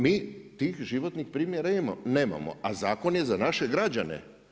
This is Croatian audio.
Mi tih životnih primjera nemamo, a zakon je za naše građane.